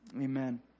amen